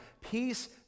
peace